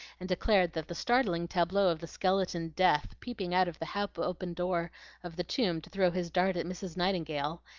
and declared that the startling tableau of the skeleton death peeping out of the half-opened door of the tomb to throw his dart at mrs. nightingale,